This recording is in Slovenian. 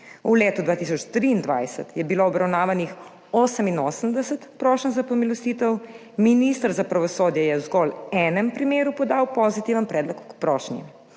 V letu 2023 je bilo obravnavanih 88 prošenj za pomilostitev, minister za pravosodje je v zgolj v enem primeru podal pozitiven predlog k prošnji,